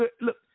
Look